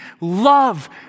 Love